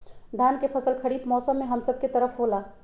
धान के फसल खरीफ मौसम में हम सब के तरफ होला